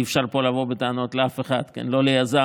אי-אפשר פה לבוא בטענות לאף אחד, לא ליזם,